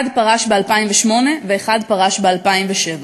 אחד פרש ב-2008 ואחד פרש ב-2007.